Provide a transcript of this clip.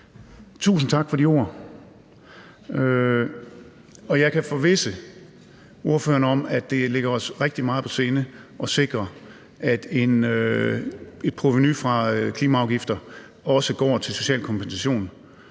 Tusind tak for de ord. Og jeg kan forvisse ordføreren om, at det ligger os rigtig meget på sinde at sikre, at et provenu fra klimaafgifter også går til social kompensation,